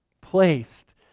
placed